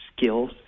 skills